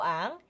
ang